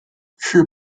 翅膀